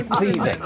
Please